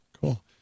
cool